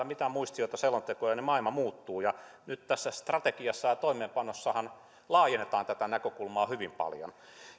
mitä muistioita selontekoja niin maailma muuttuu ja nythän tässä strategiassa ja toimeenpanossa laajennetaan tätä näkökulmaa hyvin paljon tässähän hallitus